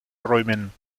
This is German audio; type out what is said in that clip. räumen